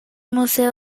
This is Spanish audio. museo